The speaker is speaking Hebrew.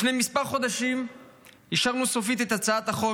לפני כמה חודשים אישרנו סופית את הצעת החוק